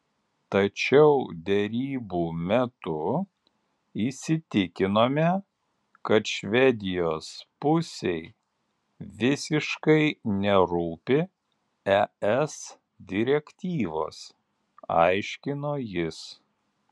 tačiau derybų metu įsitikinome kad švedijos pusei visiškai nerūpi es direktyvos aiškino jis